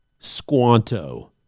Squanto